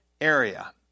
area